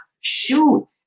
shoot